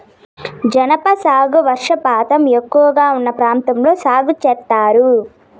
జనప సాగు వర్షపాతం ఎక్కువగా ఉన్న ప్రాంతాల్లో సాగు చేత్తారు